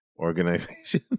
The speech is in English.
organization